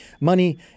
Money